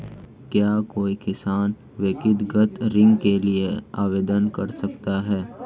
क्या कोई किसान व्यक्तिगत ऋण के लिए आवेदन कर सकता है?